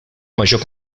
major